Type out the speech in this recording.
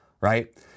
right